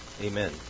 Amen